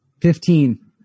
Fifteen